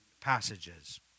passages